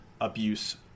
abuse